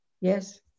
Yes